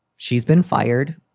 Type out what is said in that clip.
she's been fired.